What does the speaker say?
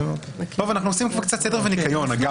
אנחנו עושים קצת סדר וניקיון.